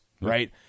Right